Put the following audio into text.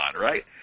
right